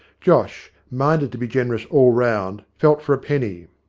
josh, minded to be generous all round, felt for a penny.